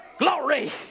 glory